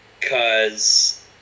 cause